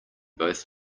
both